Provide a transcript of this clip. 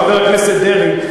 חבר הכנסת דרעי,